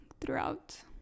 throughout